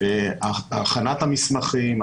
הכנת המסמכים,